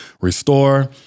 restore